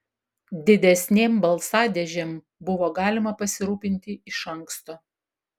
didesnėm balsadėžėm buvo galima pasirūpinti iš anksto